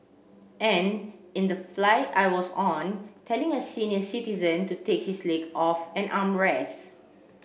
and in the flight I was on telling a senior citizen to take his leg off an armrest